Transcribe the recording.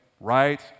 Right